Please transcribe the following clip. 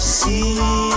see